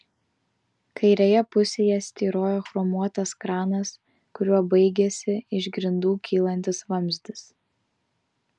kairėje pusėje styrojo chromuotas kranas kuriuo baigėsi iš grindų kylantis vamzdis